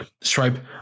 Stripe